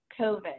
COVID